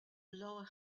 lower